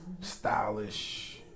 stylish